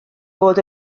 fod